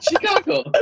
Chicago